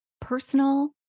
personal